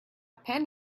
pen